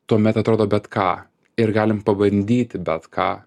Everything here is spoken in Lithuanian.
tuomet atrodo bet ką ir galim pabandyti bet ką